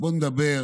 בוא נדבר